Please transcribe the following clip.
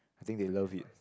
I think they love it